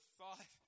thought